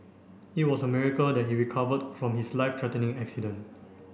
it was a miracle that he recovered from his life threatening accident